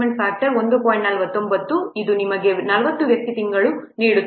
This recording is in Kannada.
49 ಇದು ನಿಮಗೆ 40 ವ್ಯಕ್ತಿ ತಿಂಗಳುಗಳನ್ನು ನೀಡುತ್ತದೆ